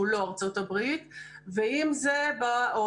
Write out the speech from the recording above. שהוא לא ארצות הברית או לא